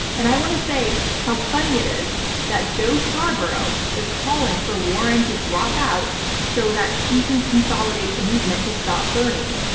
and i want to say how funny it is that joe scarborough is calling for warren to drop out so that she can consolidate the movement to stop bernie,